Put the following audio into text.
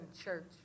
church